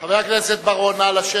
חבר הכנסת בר-און, נא לשבת,